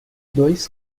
dois